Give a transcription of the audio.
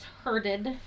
herded